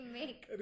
make